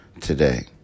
today